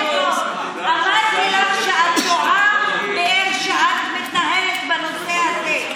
אמרתי לך שאת טועה באיך שאת מתנהלת בנושא הזה.